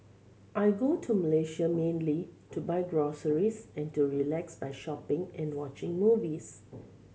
I go to Malaysia mainly to buy groceries and to relax by shopping and watching movies